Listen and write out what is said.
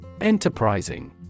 Enterprising